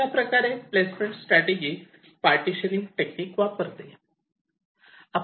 अशाप्रकारे placement strategy partitioning technique वापरते